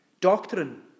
Doctrine